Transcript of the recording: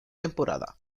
temporada